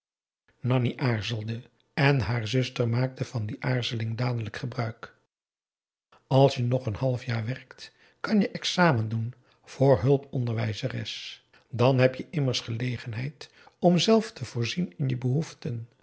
nanni aarzelde en haar zuster maakte van die aarzeling dadelijk gebruik als je nog n half jaar werkt kan je examen doen voor hulponderwijzeres dan heb je immers gelegenheid om zelf te voorzien in je behoeften